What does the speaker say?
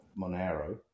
Monero